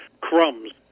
crumbs